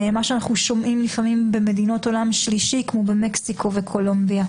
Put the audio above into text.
מה שאנחנו שומעים לפעמים במדינות עולם שלישי כמו במקסיקו וקולומביה.